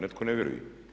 Netko ne vjerujem.